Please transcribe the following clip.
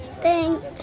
Thanks